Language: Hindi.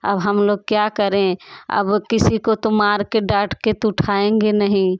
अब हम लोग क्या करें अब किसी को तो मार के डांट के तो उठाएंगे नहीं